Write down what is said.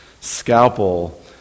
scalpel